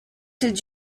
did